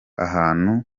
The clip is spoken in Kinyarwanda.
ahantu